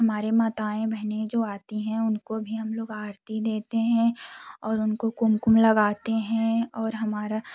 हमारे माताएँ बहने जो आती हैं उनको भी हम लोग आरती देते हैं और उनको कुमकुम लगाते हैं और हमारा